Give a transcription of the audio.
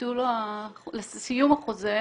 סיום החוזה,